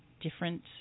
different